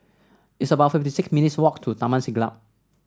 it's about fifty six minutes' walk to Taman Siglap